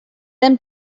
them